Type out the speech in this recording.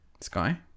Sky